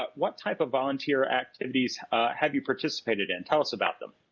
but what type of volunteer activities have you participated in, tell us about them.